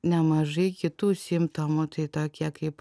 nemažai kitų simptomų tai tokie kaip